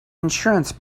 insurance